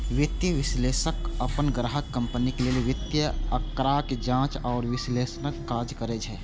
वित्तीय विश्लेषक अपन ग्राहक कंपनी लेल वित्तीय आंकड़ाक जांच आ विश्लेषणक काज करै छै